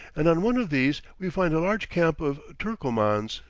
and on one of these we find a large camp of turcomans,